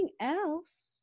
else